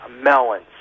melons